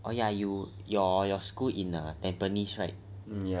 oh ya you your your school in tampines right